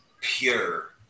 pure